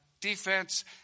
defense